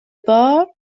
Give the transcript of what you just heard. بار